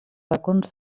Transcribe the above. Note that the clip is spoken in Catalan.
racons